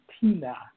tina